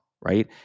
right